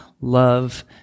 love